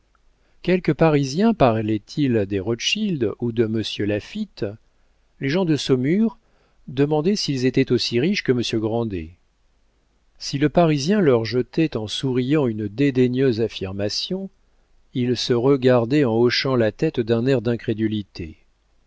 quelque parisien parlait-il des rothschild ou de monsieur laffitte les gens de saumur demandaient s'ils étaient aussi riches que monsieur grandet si le parisien leur jetait en souriant une dédaigneuse affirmation ils se regardaient en hochant la tête d'un air d'incrédulité